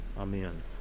amen